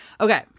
Okay